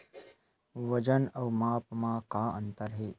वजन अउ माप म का अंतर हे?